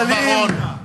חבר הכנסת בר-און.